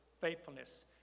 faithfulness